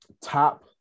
top